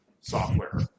software